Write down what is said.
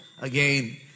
Again